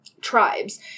tribes